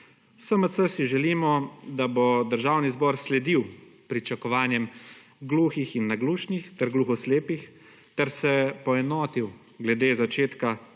SMC si želimo, da bo Državni zbor sledil pričakovanjem gluhih in naglušnih ter gluhoslepih ter se poenotil glede začetka